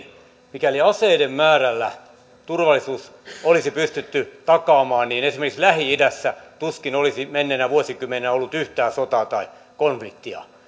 mikäli aseiden määrällä turvallisuus olisi pystytty takaamaan niin esimerkiksi lähi idässä tuskin olisi menneinä vuosikymmeninä ollut yhtään sotaa tai konfliktia